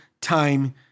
time